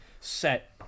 set